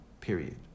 Period